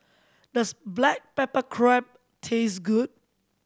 does black pepper crab taste good